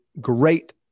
great